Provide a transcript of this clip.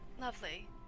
Lovely